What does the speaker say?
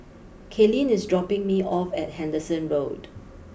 Kaylene is dropping me off at Henderson Road